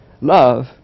Love